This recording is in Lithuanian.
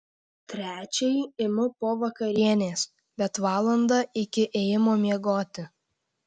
trečiąjį imu po vakarienės bet valandą iki ėjimo miegoti